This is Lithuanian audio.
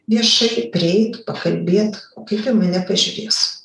viešai prieit pakalbėt o kaip į mane pažiūrės